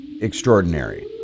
extraordinary